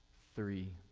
three,